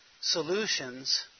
solutions